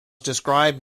described